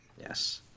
yes